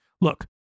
Look